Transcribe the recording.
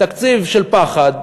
תקציב של פחד.